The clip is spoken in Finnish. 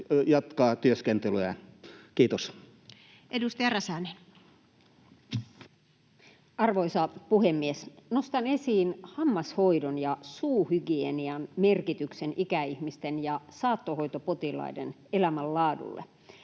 ja ikäpolitiikasta Time: 17:25 Content: Arvoisa puhemies! Nostan esiin hammashoidon ja suuhygienian merkityksen ikäihmisten ja saattohoitopotilaiden elämänlaadulle.